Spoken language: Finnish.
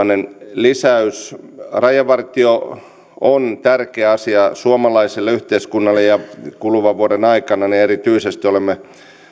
lisäys rajavartio on tärkeä asia suomalaiselle yhteiskunnalle ja kuluvan vuoden aikana erityisesti olemme